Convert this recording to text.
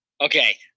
Okay